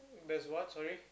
there's what sorry